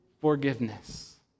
forgiveness